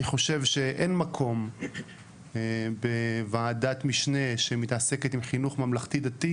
אני חושב שאין מקום בוועדת משנה שמתעסקת עם חינוך ממלכתי דתי